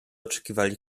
oczekiwali